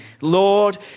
Lord